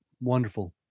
Wonderful